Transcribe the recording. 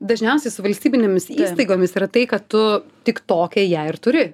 dažniausiai su valstybinėmis įstaigomis yra tai kad tu tik tokią ją ir turi